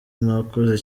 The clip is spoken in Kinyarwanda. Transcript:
mwakoze